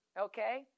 okay